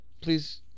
Please